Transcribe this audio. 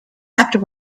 after